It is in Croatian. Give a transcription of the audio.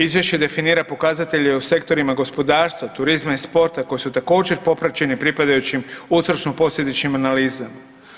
Izvješće definira pokazatelje u sektorima gospodarstva, turizma i sporta koji su također popraćeni pripadajućim uzročno posljedičnim analizama.